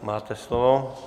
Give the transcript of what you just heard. Máte slovo.